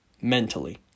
Mentally